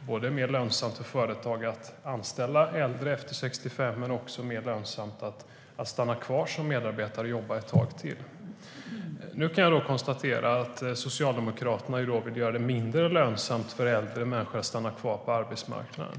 både var mer lönsamt för företag att anställa äldre efter 65 och mer lönsamt att stanna kvar som medarbetare och jobba ett tag till. Nu kan jag dock konstatera att Socialdemokraterna vill göra det mindre lönsamt för äldre människor att stanna kvar på arbetsmarknaden.